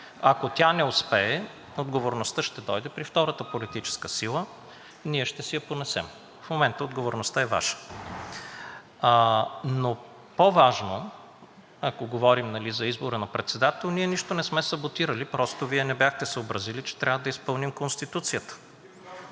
Ако тя не успее, отговорността ще дойде при втората политическа сила и ние ще си я понесем. В момента отговорността е Ваша, но по-важно, ако говорим за избора на председател, ние нищо не сме саботирали. Просто Вие не бяхте съобразили, че трябва да изпълним Конституцията…